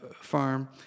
farm